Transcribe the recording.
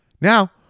Now